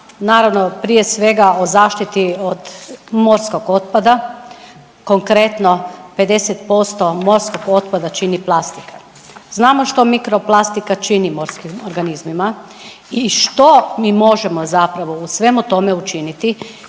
naravno, prije svega u zaštiti od morskog otpada, konkretno, 50% morskog otpada čini plastika. Znamo što mikroplastika čini morskim organizmima i što mi možemo zapravo u svemu tome učiniti